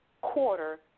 quarter